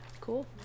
Cool